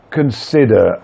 consider